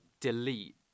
delete